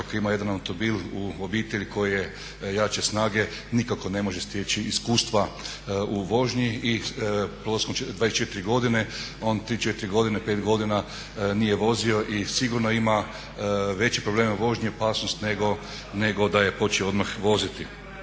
ako ima jedan automobil u obitelji koji je jače snage nikako ne može steći iskustva u vožnji. I prolaskom 24 godine on tri, četiri godine, pet godina nije vozio i sigurno ima veće probleme u vožnji, opasnost nego da je počeo odmah voziti.